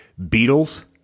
Beatles